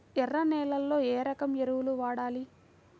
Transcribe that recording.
ఎర్ర నేలలో ఏ రకం ఎరువులు వాడాలి?